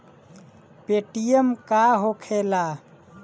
Paytm का होखेला?